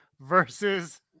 versus